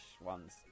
ones